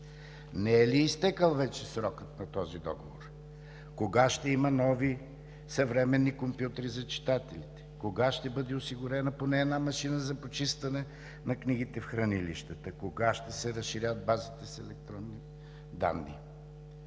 не е ли изтекъл вече срокът на този договор; кога ще има нови съвременни компютри за читателите; кога ще бъде осигурена поне една машина за почистване на книгите в хранилищата; кога ще се разширят базите с електронни данни?